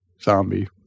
zombie